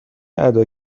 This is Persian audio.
ادا